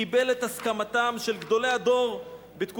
קיבל את הסכמתם של גדולי הדור בתקופתו,